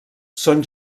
són